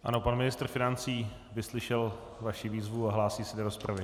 Ano, pan ministr financí vyslyšel vaší výzvu a hlásí se do rozpravy.